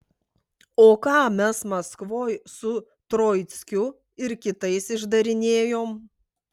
o ką mes maskvoj su troickiu ir kitais išdarinėjom